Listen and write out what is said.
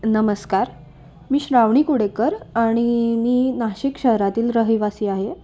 नमस्कार मी श्रावणी कुडेकर आणि मी नाशिक शहरातील रहिवासी आहे